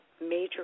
major